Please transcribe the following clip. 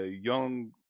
young